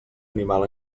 animal